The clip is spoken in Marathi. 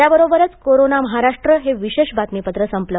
याबरोबरच कोरोना महाराष्ट्र हे विशेष बातमीपत्र संपलं